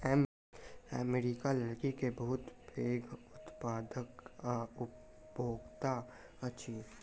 America लकड़ी के बहुत पैघ उत्पादक आ उपभोगता अछि